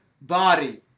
body